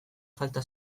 falta